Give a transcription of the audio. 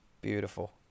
beautiful